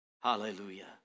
Hallelujah